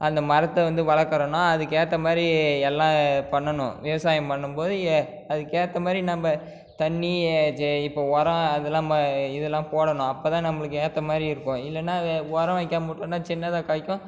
அந்த மரத்தை வந்து வளர்க்குறோன்னா அதுக்கேற்ற மாதிரி எல்லாம் பண்ணனும் விவசாயம் பண்ணும்போது ஏ அதுக்கேற்ற மாதிரி நம்ப தண்ணி இதை இப்போ உரோம் அதுலாம் மா இதெல்லாம் போடணும் அப்போதான் நம்பளுக்கு ஏற்ற மாதிரி இருக்கும் இல்லைனா உரோம் வைக்காமல் விட்டேனா சின்னதாக காய்க்கும்